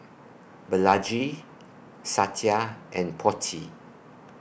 Balaji Satya and Potti